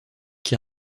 qui